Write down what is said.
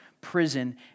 prison